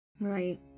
Right